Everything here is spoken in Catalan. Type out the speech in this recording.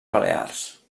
balears